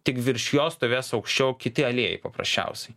tik virš jo stovės aukščiau kiti aliejai paprasčiausiai